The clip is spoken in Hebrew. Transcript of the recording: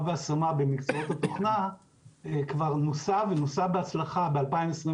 והשמה במקצועות התוכנה כבר נוסה ונוסה בהצלחה ב-2021,